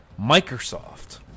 Microsoft